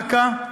אכ"א,